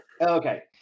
Okay